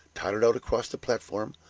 tottered out across the platform,